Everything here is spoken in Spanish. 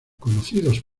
conocidos